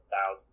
thousand